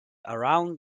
around